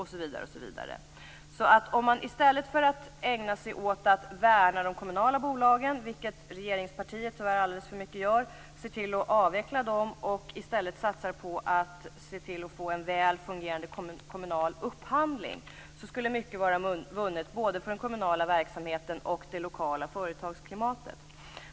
Om man i stället för att ägna sig åt att värna de kommunala bolagen, vilket jag tror att regeringspartiet alldeles för mycket gör, ser till att avveckla dem och satsar på att få en välfungerande kommunal upphandling, skulle mycket vara vunnet både för den kommunala verksamheten och för det lokala företagsklimatet.